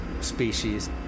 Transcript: species